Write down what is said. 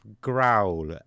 growl